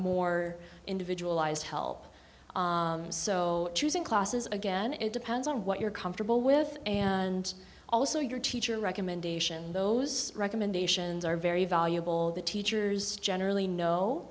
more individualized help so choosing classes again it depends on what you're comfortable with and also your teacher recommendation those recommendations are very valuable the teachers generally know